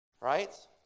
Right